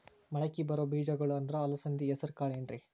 ಮಳಕಿ ಬರೋ ಬೇಜಗೊಳ್ ಅಂದ್ರ ಅಲಸಂಧಿ, ಹೆಸರ್ ಕಾಳ್ ಏನ್ರಿ?